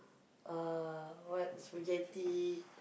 uh what spaghetti